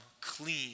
clean